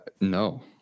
no